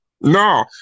No